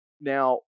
Now